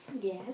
Yes